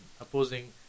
opposing